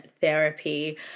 therapy